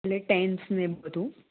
એટલે ટેન્સ ને એ બધું